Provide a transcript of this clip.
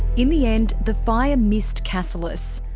in the end, the fire missed cassilis.